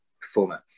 performer